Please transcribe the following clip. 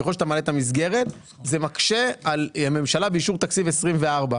ככל שאתה מעלה את המסגרת זה מקשה על הממשלה באישור תקציב 24',